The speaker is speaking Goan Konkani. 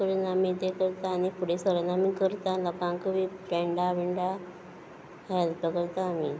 अशे करून आमी तें करता आनी फुडें सरून आमी करता लोकांक बीन फ्रेंडा बिंडां हेल्प करता आमी